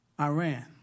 Iran